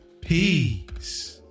peace